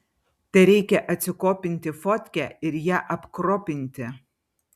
tereikia atsikopinti fotkę ir ją apkropinti